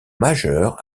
majeur